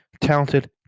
talented